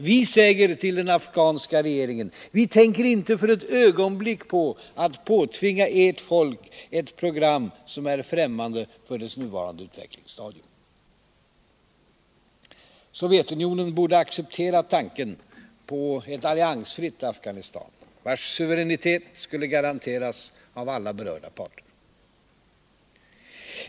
Vi säger till den afghanska regeringen: Vi tänker inte för ett ögonblick på att påtvinga ert folk ett program som är främmande för dess nuvarande utvecklingsstadium.” Sovjetunionen borde acceptera tanken på ett alliansfritt Afghanistan, vars suveränitet skulle garanteras av alla berörda parter.